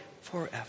forever